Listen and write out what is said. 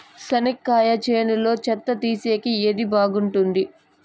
చెనక్కాయ చేనులో చెత్త తీసేకి ఏది బాగుంటుంది?